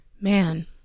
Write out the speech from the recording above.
Man